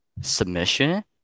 submission